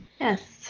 Yes